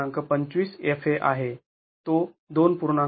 २५ F a आहे तो २